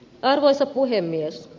arvoisa puhemies